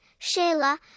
Shayla